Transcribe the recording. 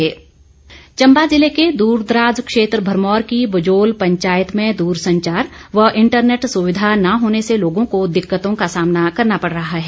मांग चंबा ज़िले के दूरदराज क्षेत्र भरमौर की बजोल पंचायत में दूरसंचार व इंटरनेट सुविधा न होने से लोगों को दिक्कतों का सामना करना पड़ रहा है